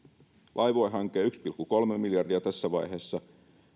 laivue hanke on yksi pilkku kolme miljardia tässä vaiheessa